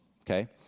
okay